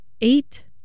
eight